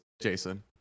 Jason